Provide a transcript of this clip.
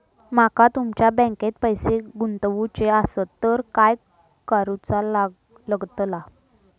माका तुमच्या बँकेत पैसे गुंतवूचे आसत तर काय कारुचा लगतला?